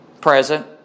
present